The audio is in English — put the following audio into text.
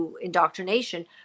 indoctrination